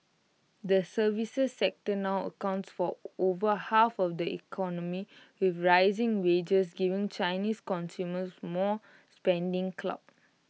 the services sector now accounts for over half of the economy with rising wages giving Chinese consumers more spending clout